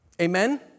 Amen